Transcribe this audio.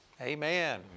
Amen